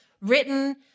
written